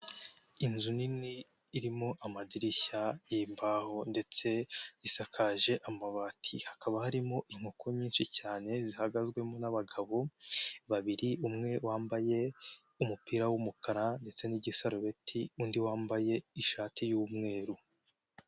Inzu nini irimo amadirishya y'imbaho ndetse isakaje amabati, hakaba harimo inkoko nyinshi cyane zihagazemo n'abagabo, babiri umwe wambaye umupira w'umukara ndetse n'igisarubeti, undi wambaye ishati y'umweru.